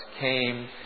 came